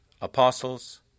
apostles